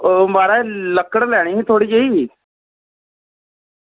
ओह् महाराज लक्कड़ लैनी ही थोह्ड़ी जेही